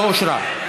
לא אושרה.